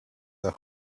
the